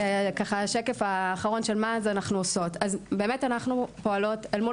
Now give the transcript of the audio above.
זה השקף האחרון של מה אנחנו עושות אנחנו פועלות אל מול